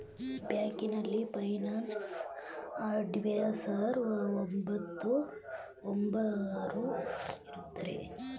ಬ್ಯಾಂಕಿನಲ್ಲಿ finance adviser ಒಬ್ಬರು ಇರುತ್ತಾರೆ